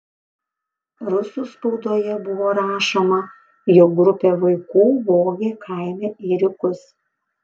rusų spaudoje buvo rašoma jog grupė vaikų vogė kaime ėriukus